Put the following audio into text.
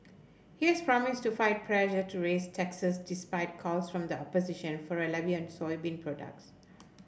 he has promised to fight pressure to raise taxes despite calls from the opposition for a levy on soybean products